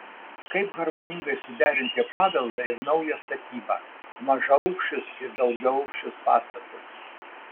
kaip harmoningai suderinti paveldą ir naują statybą mažaaukščius ir daugiaaukščius pastatus